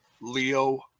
Leo